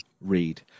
read